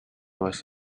was